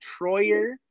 Troyer